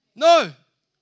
no